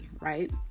right